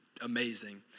amazing